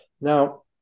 Now